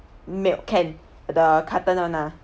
milk can the carton one ah